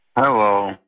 Hello